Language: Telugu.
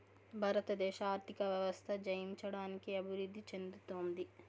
భారతదేశ ఆర్థిక వ్యవస్థ జయించడానికి అభివృద్ధి చెందుతోంది